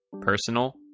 Personal